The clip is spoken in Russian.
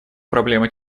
проблема